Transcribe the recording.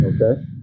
okay